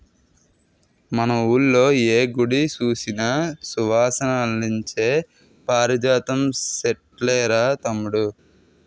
మన వూళ్ళో ఏ గుడి సూసినా సువాసనలిచ్చే పారిజాతం సెట్లేరా తమ్ముడూ